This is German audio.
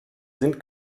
sind